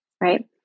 right